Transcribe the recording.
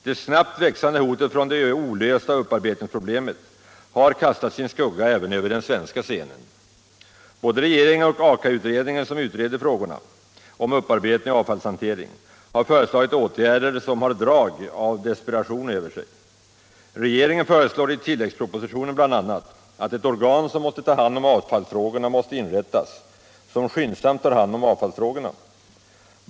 Det snabbt växande hotet från det olösta upparbetningsproblemet har kastat sin skugga även över den svenska scenen. Både regeringen och AKA-utredningen som utreder frågorna om upparbetning och avfallshantering har föreslagit åtgärder som har drag av desperation över sig. Regeringen föreslår i tillläggspropositionen bl.a. att ett organ skall inrättas som skyndsamt tar hand om avfallsfrågorna.